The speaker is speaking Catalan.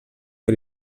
que